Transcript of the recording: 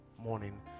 morning